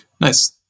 nice